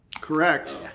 Correct